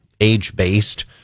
age-based